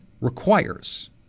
requires